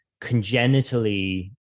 congenitally